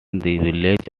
village